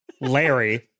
Larry